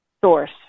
source